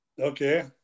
Okay